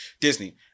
Disney